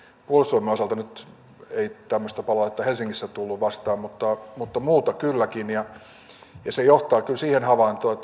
puolustusvoimien osalta nyt ei tämmöistä palautetta helsingissä tullut vastaan mutta mutta muuta kylläkin se johtaa kyllä siihen havaintoon